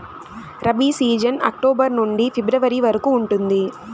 rabi season October నుండి ఫిబ్రవరి వరకు ఉంటుంది